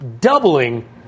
doubling